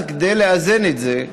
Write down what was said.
אז כדי לאזן את זה,